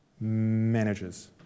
managers